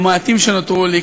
המעטים שנותרו לי,